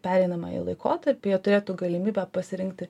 pereinamąjį laikotarpį jie turėtų galimybę pasirinkti